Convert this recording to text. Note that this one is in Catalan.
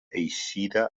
eixida